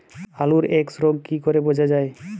আলুর এক্সরোগ কি করে বোঝা যায়?